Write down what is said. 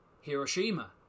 Hiroshima